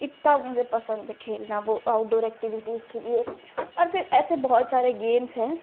इतना मुझे पसन्द है खेलना वह आउटडोर एक्टिविटीज़ के लिए और फिर ऐसे बहुत सारे गेम्स हैं